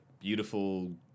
beautiful